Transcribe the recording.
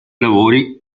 lavori